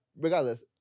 regardless